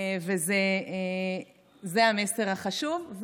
וזה המסר החשוב.